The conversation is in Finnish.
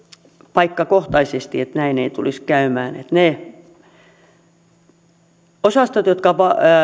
paikkakohtaisesti että näin ei tulisi käymään että niillä osastoilla jotka